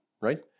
Right